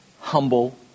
humble